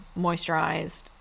moisturized